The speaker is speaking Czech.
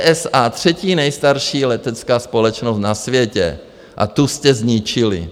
ČSA třetí nejstarší letecká společnost na světě, a tu jste zničili.